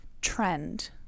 trend